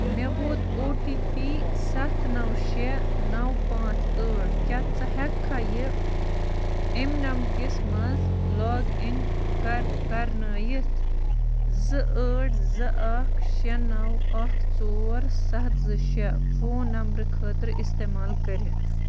مےٚ ووت O T P سَتھ نَو شےٚ نَو پانٛژ ٲٹھ کیٛاہ ژٕ ہیٛکٕکھا یہِ ایٚم نَگ کِس مَنٛز لاگ اِن کر کَرنٲوِتھ زٕ ٲٹھ زٕ اَکھ شےٚ نَو اَکھ ژور سَتھ زٕ شےٚ فون نمبرٕ خٲطرٕ اِستعمال کٔرِتھ